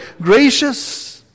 gracious